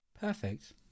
Perfect